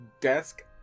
desk